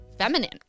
feminine